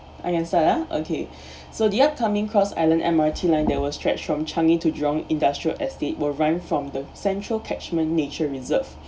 I answer ah okay so the upcoming cross island M_R_T line they will stretch from changi to jurong industrial estate will run from the central catchment nature reserve